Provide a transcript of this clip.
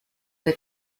que